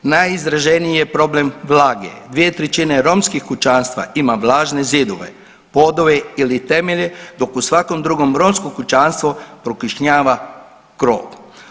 Najizraženiji je problem vlage, dvije trećine romskih kućanstva ima vlažne zidove, podove ili temelje dok u svakom drugom romskom kućanstvu prokišnjava krov.